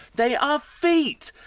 they are feet.